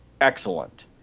excellent